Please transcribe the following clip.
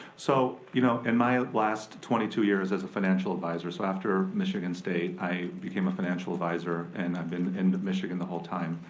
so you know in my last twenty two years as a financial advisor, so after michigan state i became a financial advisor, and i've been in michigan the whole time.